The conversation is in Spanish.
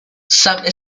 sam